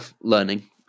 learning